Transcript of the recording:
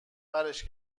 برش